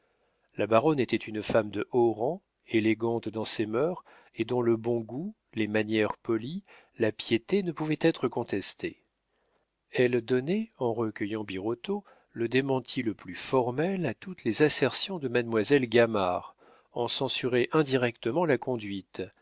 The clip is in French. la baronne était une femme de haut rang élégante dans ses mœurs et dont le bon goût les manières polies la piété ne pouvaient être contestés elle donnait en recueillant birotteau le démenti le plus formel à toutes les assertions de mademoiselle gamard en censurait indirectement la conduite